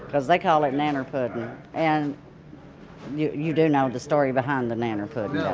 because they call it nanner pudding and you you do know the story behind the nanner pudding?